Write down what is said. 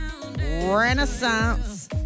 renaissance